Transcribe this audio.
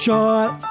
shot